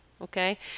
okay